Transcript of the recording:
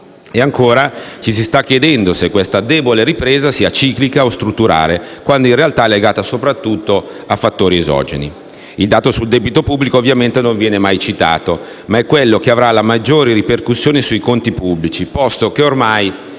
Ed ancora ci si sta chiedendo se questa debole ripresa sia ciclica o strutturale, quando in realtà è legata soprattutto a fattori esogeni. Il dato sul debito pubblico, ovviamente, non viene mai citato, ma è quello che avrà le maggiori ripercussioni sui conti pubblici, posto che ormai